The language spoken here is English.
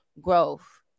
growth